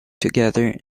together